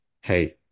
hey